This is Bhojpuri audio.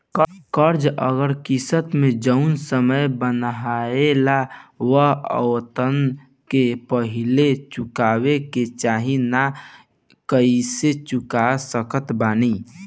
कर्जा अगर किश्त मे जऊन समय बनहाएल बा ओतना से पहिले चुकावे के चाहीं त कइसे चुका सकत बानी?